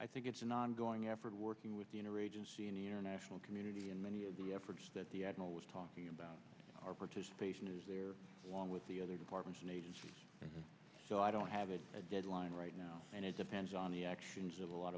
i think it's an ongoing effort working with the inner agency and international community and many of the efforts that the admiral was talking about our participation is there one with the other partners and agencies so i don't have a deadline right now and it depends on the actions of a lot